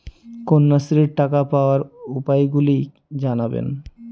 কন্যাশ্রীর টাকা পাওয়ার উপায়গুলি জানাবেন?